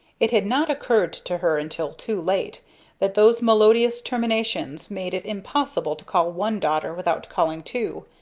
it had not occurred to her until too late that those melodious terminations made it impossible to call one daughter without calling two,